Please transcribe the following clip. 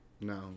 No